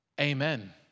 amen